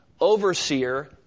Overseer